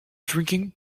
drinking